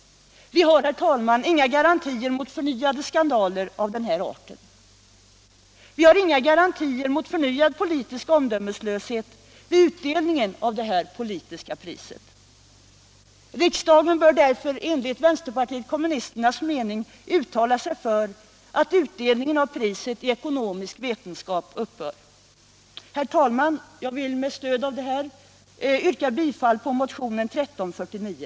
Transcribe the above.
Vi har, herr talman, inga garantier mot förnyade skandaler av den här arten. Vi har inga garantier mot förnyad politisk omdömeslöshet vid utdelning av det här politiska priset. Riksdagen bör därför enligt vpk:s mening uttala sig för att utdelningen av priset i ekonomisk vetenskap upphör. Herr talman! Jag vill med stöd av detta yrka bifall till motionen 1349.